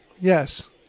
Yes